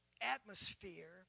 atmosphere